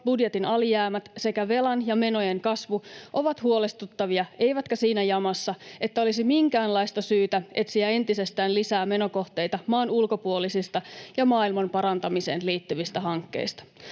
budjetin alijäämät sekä velan ja menojen kasvu ovat huolestuttavia eivätkä siinä jamassa, että olisi minkäänlaista syytä etsiä entisestään lisää menokohteita maan ulkopuolisista ja maailmanparantamiseen liittyvistä hankkeista.